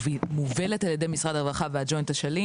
מובלת על ידי משרד הרווחה והג'וינט-אשלים,